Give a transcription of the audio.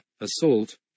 assault